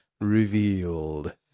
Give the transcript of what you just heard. revealed